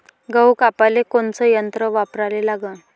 गहू कापाले कोनचं यंत्र वापराले लागन?